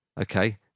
Okay